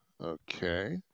okay